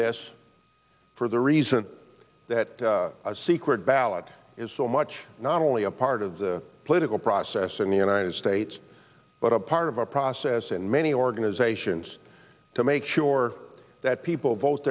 this for the reason that secret ballot is so much not only a part of the political process in the united states but a part of a process in many organizations to make sure that people vote